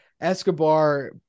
Escobar